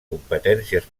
competències